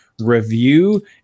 review